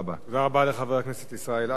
תודה רבה לחבר הכנסת ישראל אייכלר.